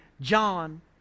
John